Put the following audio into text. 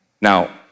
Now